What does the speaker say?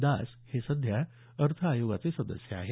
दास हे सध्या अर्थ आयोगाचे सदस्य आहेत